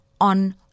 on